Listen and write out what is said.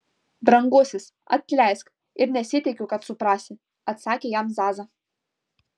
brangusis atleisk ir nesitikiu kad suprasi atsakė jam zaza